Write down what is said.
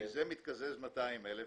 כאשר מזה מתקזז 200 אלף.